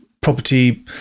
Property